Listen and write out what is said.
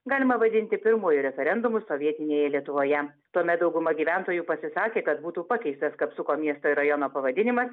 galima vadinti pirmuoju referendumu sovietinėje lietuvoje tuomet dauguma gyventojų pasisakė kad būtų pakeistas kapsuko miesto ir rajono pavadinimą